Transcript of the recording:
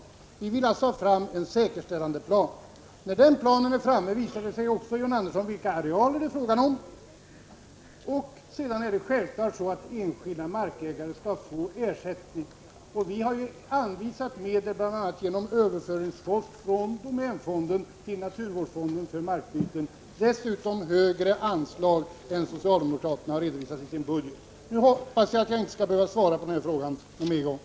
Vi vill alltså ha fram en sådan plan, och när den är framme visar det sig också, John Andersson, vilka arealer det är fråga om. Sedan är det självfallet så att enskilda markägare skall få ersättning. Vi har anvisat medel bl.a. genom överföring från domänfonden till naturvårdsfonden för markbyten. Dessutom har vi föreslagit högre anslag än vad socialdemokraterna har redovisat i sin budget. Nu hoppas jag att jag inte skall behöva svara på den här frågan mer.